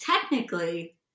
technically